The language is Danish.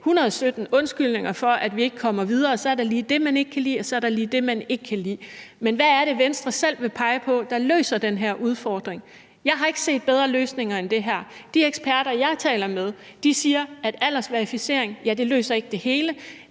undskyldninger for, at vi ikke kommer videre – så er der lige det, man ikke kan lide, og så er der lige det, man ikke kan lide – men hvad er det, som Venstre selv vil pege på der løser den her udfordring? Jeg har ikke set bedre løsninger end det her. De eksperter, jeg taler med, siger, at aldersverificering ikke løser det hele,